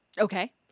Okay